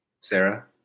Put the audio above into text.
Sarah